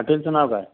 हॉटेलचं नाव काय